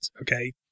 okay